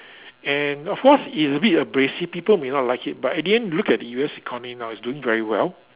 and of course it's a bit abrasive people may not like it but at the end you look at the U_S economy now it's doing very well